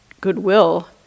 goodwill